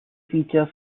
feature